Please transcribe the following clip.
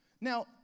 Now